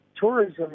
tourism